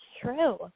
true